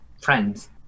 friends